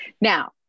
now